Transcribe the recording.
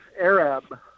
Arab